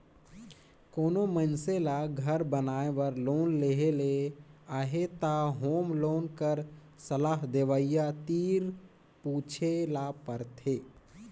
कोनो मइनसे ल घर बनाए बर लोन लेहे ले अहे त होम लोन कर सलाह देवइया तीर पूछे ल परथे